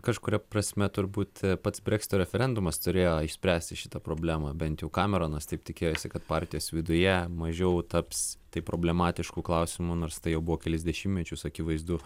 kažkuria prasme turbūt pats breksito referendumas turėjo išspręsti šitą problemą bent jau kameronas taip tikėjosi kad partijos viduje mažiau taps tai problematišku klausimu nors tai jau buvo kelis dešimtmečius akivaizdu